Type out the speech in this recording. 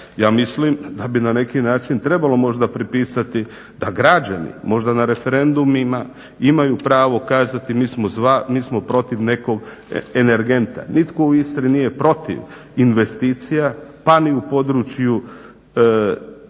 Ja mislim da bi na neki način trebalo, možda, pripisati da građani, možda na referendumima imaju pravo kazati mi smo protiv nekog energenta. Nitko u Istri nije protiv investicija, pa ni u području elektro